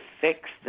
fix